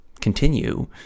continue